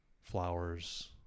Flowers